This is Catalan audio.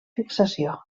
fixació